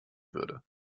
würde